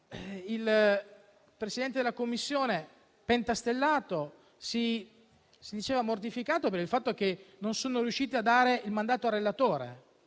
il Presidente della Commissione pentastellato si diceva mortificato per il fatto che la Commissione non fosse riuscita a dare il mandato al relatore,